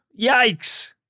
Yikes